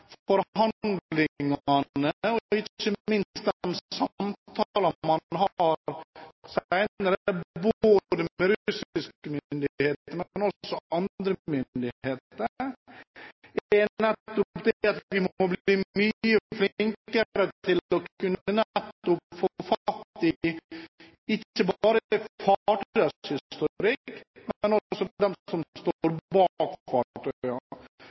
nettopp at jeg vil be statsråden sørge for at man også i forhandlingene og ikke minst i de samtalene man har senere, både med russiske myndigheter og med andre myndigheter, må bli mye flinkere til å kunne få fatt i ikke bare fartøyenes historikk, men også de som står